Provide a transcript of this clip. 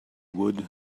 would